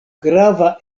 grava